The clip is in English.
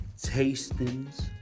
tastings